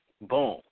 Boom